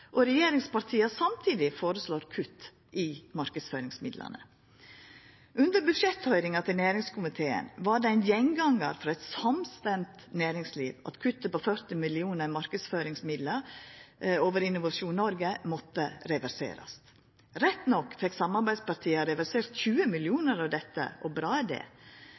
og regjeringspartia samtidig foreslår kutt i marknadsføringsmidlane. Under budsjetthøyringa til næringskomiteen var det ein gjengangar frå eit samstemt næringsliv at kuttet på 40 mill. kr i marknadsføringsmidlar over Innovasjon Norge måtte reverserast. Rett nok fekk samarbeidspartia reversert 20 mill. kr av dette – og bra er det.